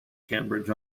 cambridge